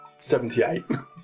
78